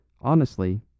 Honestly